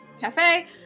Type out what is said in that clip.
Cafe